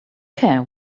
care